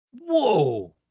Whoa